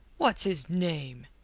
what's his name?